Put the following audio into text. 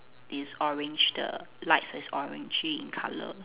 is orange the light is orangey in colour